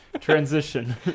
Transition